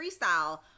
freestyle